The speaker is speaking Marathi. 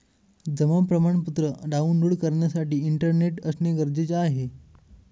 जमा प्रमाणपत्र डाऊनलोड करण्यासाठी इंटरनेट असणे गरजेचे आहे